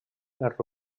les